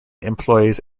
employees